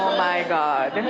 my god!